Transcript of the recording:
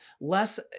less